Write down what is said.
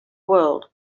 world